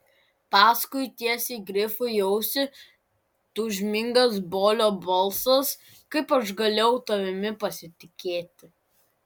paskui tiesiai grifui į ausį tūžmingas bolio balsas kaip aš galėjau tavimi pasitikėti